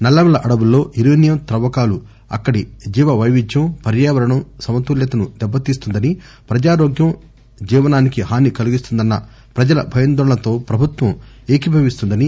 నల్లమల అడవుల్లో యురేనియం తవ్వకాలు అక్కడి జీవవైవిధ్యం పర్యావరణం సమతుల్యతను దెబ్బతీస్తుందని ప్రజారోగ్యం జీవనానికి హాని కలిగిస్తుందన్న ప్రజల భయాందోళనలతో ప్రభుత్వం ఏకీభవిస్తుందని